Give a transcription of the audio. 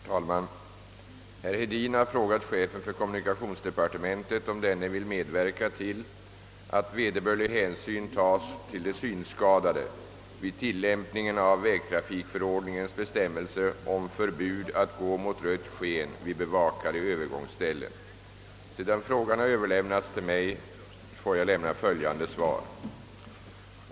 Herr talman! Herr Hedin har frågat chefen för kommunikationsdepartementet om denne vill medverka till att vederbörlig hänsyn tas till de synskadade vid tillämpningen av vägtrafikförordningens bestämmelse om förbud att gå mot rött sken vid bevakade övergångsställen. Sedan frågan har överlämnats till mig, får jag lämna följande svar.